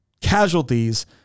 casualties